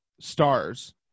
stars